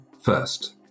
first